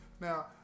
Now